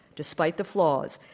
despite the flaws.